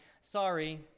sorry